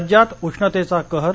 राज्यात उष्णतेचा कहर